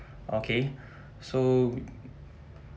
okay so